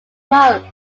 months